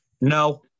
no